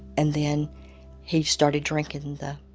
and then he started drinking the